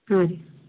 ಹಾಂ ರೀ